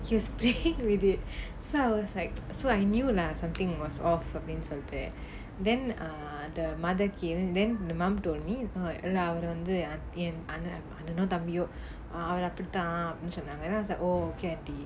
he was playing with it so I was like so I knew lah something was off அப்பிடின்னு சொல்லிட்டு:appidinu solittu then err the mother came then the mum told me அவரு வந்து என் அண்ணா அண்ணனோ தம்பியோ அவரு அப்பிடி தாணு சொன்னாங்க:avaru vanthu en annaa annanno thambiyo avaru appidi thaanu sonaanga then I was like oh okay auntie